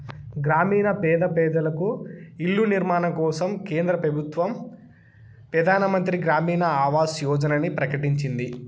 గ్రామీణ పేద పెజలకు ఇల్ల నిర్మాణం కోసరం కేంద్ర పెబుత్వ పెదానమంత్రి గ్రామీణ ఆవాస్ యోజనని ప్రకటించింది